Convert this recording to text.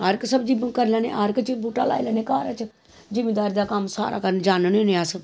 हर इक सब्जी करी लैन्ने हर इक सब्जी लाई लैन्ने घर च जिमींदारी दा सारा कम्म जानन्ने होन्ने अस